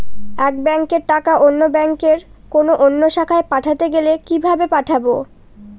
এক ব্যাংকের টাকা অন্য ব্যাংকের কোন অন্য শাখায় পাঠাতে গেলে কিভাবে পাঠাবো?